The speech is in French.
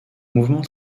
mouvement